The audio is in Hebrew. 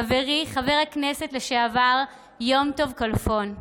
חברי חבר הכנסת לשעבר יום טוב כלפון,